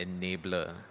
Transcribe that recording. enabler